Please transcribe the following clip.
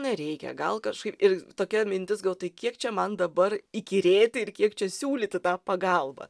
nereikia gal kažkaip ir tokia mintis gal tai kiek čia man dabar įkyrėti ir kiek čia siūlytų tą pagalbą